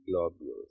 globules